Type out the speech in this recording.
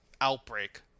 outbreak